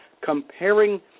comparing